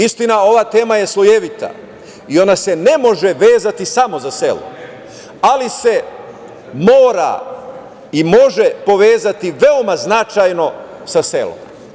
Istina, ova tema je slojevita i ona se ne može vezati samo za selo, ali se mora i može povezati veoma značajno sa selom.